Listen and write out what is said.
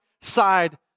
side